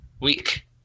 Week